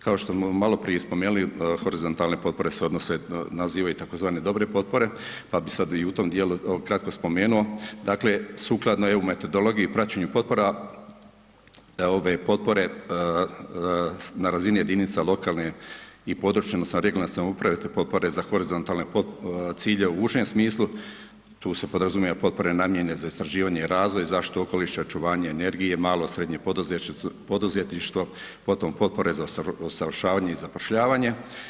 Kao što smo malo prije i spomenuli horizontalne potpore se odnose, nazivaju tzv. dobre potpore pa bih sad i tom dijelu kratko spomenuo, dakle sukladno eu metodologiji, praćenju potpora ove potpore na razini jedinica lokalne i područne, odnosno regionalne samouprave te potpore za horizontalne ciljeve u užem smislu tu se podrazumijevaju potpore namjene za istraživanje i razvoj, zaštitu okoliša, očuvanje energije, malo i srednje poduzetništvo, potom potpore za usavršavanje i zapošljavanje.